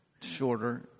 shorter